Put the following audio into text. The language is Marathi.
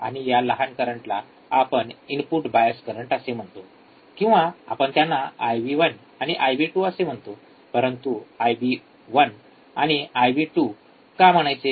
आणि या लहान करंटला आपण इनपुट बायस करंट असे म्हणतो किंवा आपण त्यांना आयबी १ आणि आयबी २ असे म्हणतो परंतु आयबी १ आणि आयबी २ का म्हणायचे